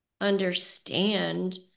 understand